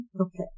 Okay